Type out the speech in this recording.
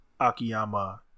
akiyama